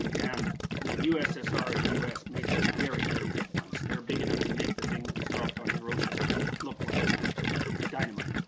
and the ussr and the us made some very, very big ones. they're big enough to make the thing that was dropped on hiroshima look like dynamite.